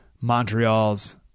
Montreal's